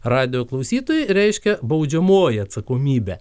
radijo klausytojai reiškia baudžiamoji atsakomybė